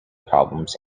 problems